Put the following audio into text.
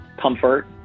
comfort